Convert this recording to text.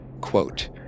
Quote